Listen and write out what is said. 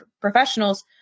professionals